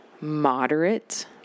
moderate